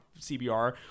CBR